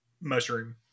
mushroom